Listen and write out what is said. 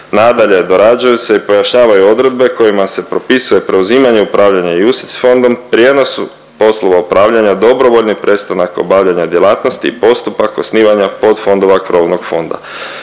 Nadalje, dorađuju se i pojašnjavaju odredbe kojima se propisuje preuzimanje i upravljanje UCTIS fondom, prijenos poslova upravljanja, dobrovoljni prestanak obavljanja djelatnosti, postupak osnivanja podfondova krovnog fonda.